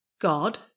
God